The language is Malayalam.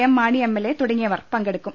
എം മാണി എം എൽഎ തുടങ്ങിയവർ പങ്കെടുക്കും